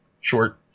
short